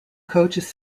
coaches